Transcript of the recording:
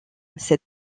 cette